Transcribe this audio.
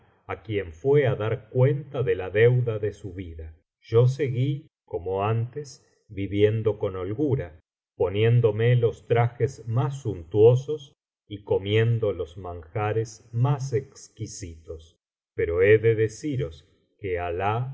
á quien fué á dar cuenta de la deuda de su vida yo seguí como antes viviendo con holgura poniéndome los trajes más suntuosos y comiendo los manjares más exquisitos pero he de deciros que alan